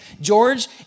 George